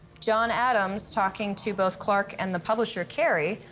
john adams talking to both clark and the publisher, kerry,